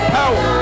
power